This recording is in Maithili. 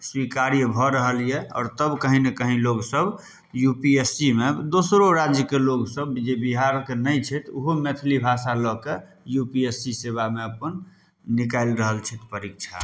स्वीकार्य भऽ रहल यए आओर तब कहीँ ने कहीँ लोकसभ यू पी एस सी मे दोसरो राज्यके लोकसभ जे बिहारके नहि छथि ओहो मैथिली भाषा लऽ कऽ यू पी एस सी सेवामे अपन निकालि रहल छथि परीक्षा